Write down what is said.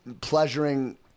pleasuring